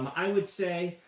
i would say,